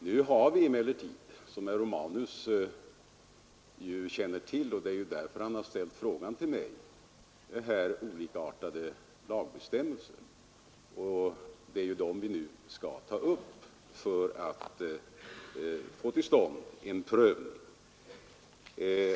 Nu har vi emellertid, som herr Romanus känner till — det är ju därför han ställt frågan till mig — olikartade förhållanden och det är den saken vi nu skall ta upp för att få till stånd en omprövning.